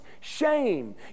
shame